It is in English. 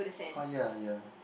oh ya ya